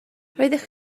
roeddech